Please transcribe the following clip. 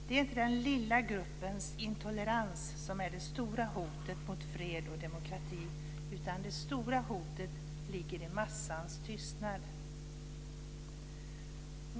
Det är inte den lilla gruppens intolerans som är det stora hotet mot fred och demokrati, utan det stora hotet ligger i massans tystnad.